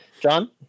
John